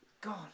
God